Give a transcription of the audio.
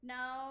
Now